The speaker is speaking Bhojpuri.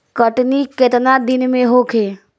कटनी केतना दिन में होखे?